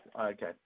okay